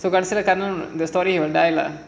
கடைசில:kadaisila the story you will die lah